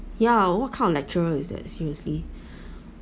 yeah what kind of lecturer is that seriously